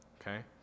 Okay